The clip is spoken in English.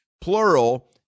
plural